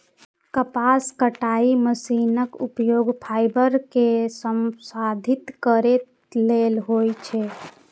कपास कताइ मशीनक उपयोग फाइबर कें संसाधित करै लेल होइ छै